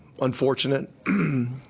unfortunate